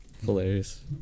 hilarious